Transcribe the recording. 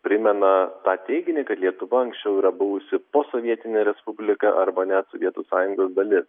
primena tą teiginį kad lietuva anksčiau yra buvusi posovietinė respublika arba net sovietų sąjungos dali